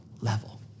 level